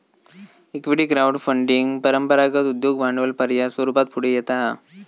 equity crowd funding परंपरागत उद्योग भांडवल पर्याय स्वरूपात पुढे येता हा